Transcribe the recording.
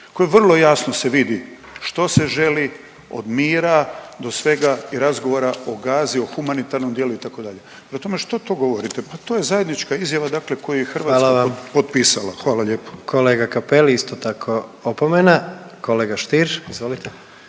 koje vrlo jasno se vidi što se želi od mira do svega i razgovora o Gazi, o humanitarnom dijelu itd. i o tome što to govorite? Pa to je zajednička izjava dakle koju je Hrvatska potpisala…/Upadica predsjednik: Hvala vam./…. Hvala lijepo. **Jandroković, Gordan (HDZ)** Kolega Cappelli isto tako opomena. Kolega Stier, izvolite.